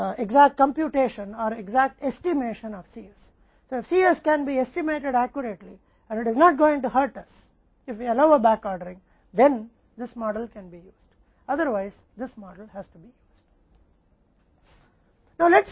तो अगर Cs का सही अनुमान लगाया जा सकता है और यह हमें चोट नहीं पहुंचाने वाला है अगर हम बैकऑर्डरिंग की अनुमति देते हैं तो इस मॉडल का उपयोग किया जा सकता है अन्यथा इस मॉडल का उपयोग करना होगा